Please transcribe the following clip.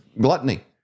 gluttony